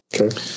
Okay